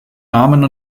namen